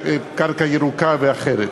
קרקע ירוקה ואחרת.